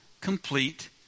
complete